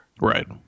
right